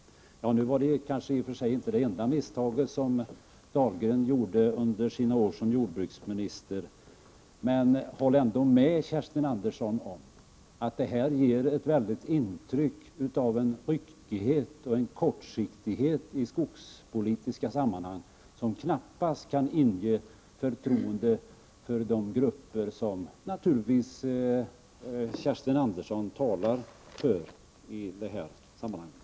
Det var kanske inte det enda misstag som Anders Dahlgren gjorde under sina år som jordbruksminister, men håll ändå med om, Kerstin Andersson, att det här ger ett starkt intryck av ryckighet och kortsiktighet i skogspolitiska sammanhang, något som knappast kan inge förtroende inom de grupper som Kerstin Andersson naturligtvis talar för.